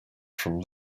from